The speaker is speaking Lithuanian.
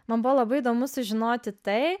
man buvo labai įdomu sužinoti tai